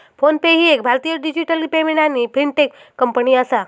phone पे ही एक भारतीय डिजिटल पेमेंट आणि फिनटेक कंपनी आसा